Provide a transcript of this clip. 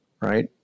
right